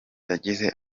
yagize